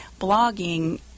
blogging